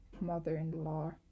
mother-in-law